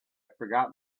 forgot